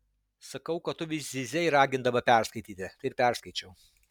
sakau kad tu vis zyzei ragindama perskaityti tai ir perskaičiau